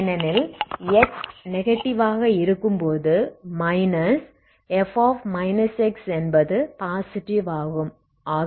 ஏனெனில் x negative ஆக இருக்கும் போது Fஎன்பது பாசிட்டிவ் ஆகும்